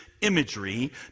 imagery